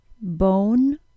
Bone